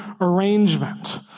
arrangement